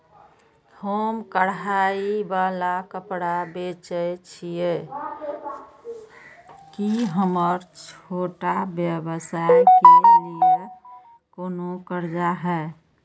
हम कढ़ाई वाला कपड़ा बेचय छिये, की हमर छोटा व्यवसाय के लिये कोनो कर्जा है?